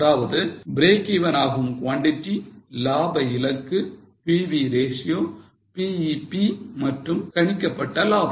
அதாவது break even ஆகும் Quantity லாப இலக்கு PV ratio BEP மற்றும் கணிக்கப்பட்ட லாபம்